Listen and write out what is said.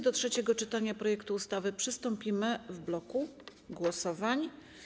Do trzeciego czytania projektu ustawy przystąpimy w bloku głosowań.